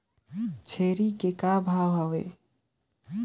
छेरी के कौन भाव हे?